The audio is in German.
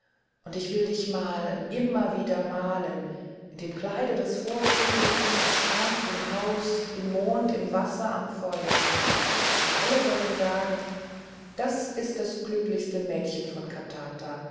und ich will dich malen immer wieder malen in dem kleide des vorfrühlings am strand im haus im mond im wasser am feuer und alle sollen sagen das ist das glücklichste mädchen von katata